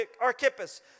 Archippus